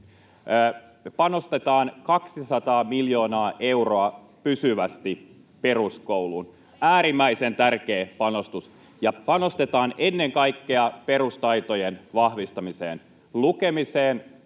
panostetaan 200 miljoonaa euroa pysyvästi peruskouluun, äärimmäisen tärkeä panostus. Panostetaan ennen kaikkea perustaitojen vahvistamiseen — lukemiseen,